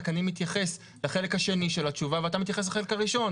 רק אני מתייחס לחלק השני של התשובה ואתה מתייחס לחלק הראשון.